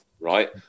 Right